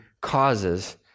causes